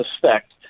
suspect